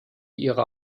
ihre